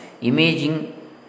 imaging